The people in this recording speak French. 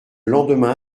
lendemain